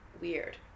weird